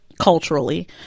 culturally